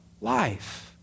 life